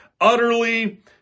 utterly